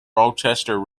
rochester